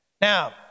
Now